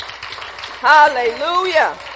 Hallelujah